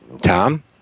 Tom